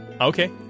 Okay